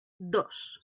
dos